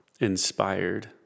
inspired